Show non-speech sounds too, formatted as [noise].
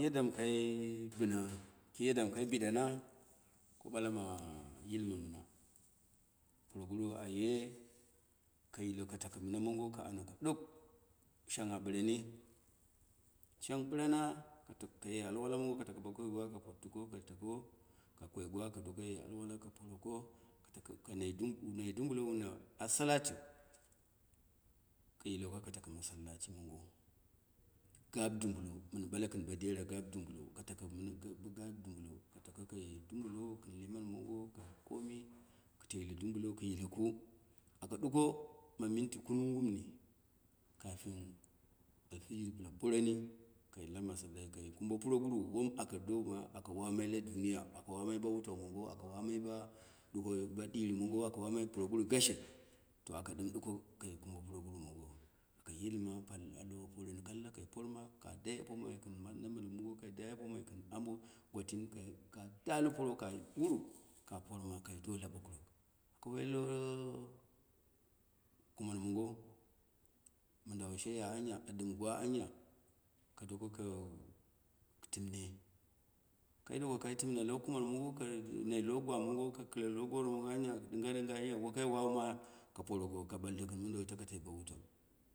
Yadda mɨ kai bɨna ki yadda mɨ kai biɗana ko yadda ma yilma mɗya mɨna, puroguru aye ka yile ka tako mɨna mongo, ka ana ko ɗuk, shong a ɓɨnani, shong bɨrana, ka tak, kaye alwala mongo ka tako [unintelligible] bo koi gwa, ka pottuko, ka tako ka koi gwa ka doko ye alwala ka poroko katako, wu nai dubulo, wu na, assalati ka yiloko ka tako masalci mongo, gab dubulo, mɨm ɓale kɨn bo dere gab dubulo, ka taka mɨna ka gab dubulo ka tako kaye dubulo kɨn kiman mongo komi kɨ teile dubulo, ku yiloku ako ɗuko ma minti kunung ngumni kafin alfijir biula poroni kai la masallaci kai kubo puruguru wom aka doma allawa mai la duniya, allowa mai bo wutau mongo, ako wa mai ba ɗuko ba ɗirɨ mongo, ako wama puroguru gashe, to aka ɗɨm duko kɨn kubo puroguru mongo, kɨn yilma, pal alo poromi kalla kai porma ka doi apomai kɨn na maltɨn mongo ka dai apomai kɨn gbo gwatin ka tali puro ka wuru ka poma ka dola ɓoku rok, ka wai lo kumar mongo, mɗndaw sheya anya, a ɗimgwa anya, ka doka ka- timme, kai doka kai tim na lo kumar mongo, kai na lo gwa mongo, ka kɗle lo gor mongo anya ɗɨnga ɗɨnga anya, wakai wa ma ka poro ka ɓaldo kɨn mɨn dawo takatai ba wutau mongo.